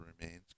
remains